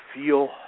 feel